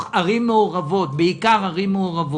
ערים מעורבות, בעיקר ערים מעורבות,